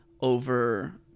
over